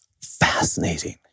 fascinating